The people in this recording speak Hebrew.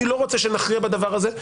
אני לא רוצה שנכריע בדבר הזה,